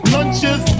Lunches